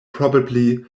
probably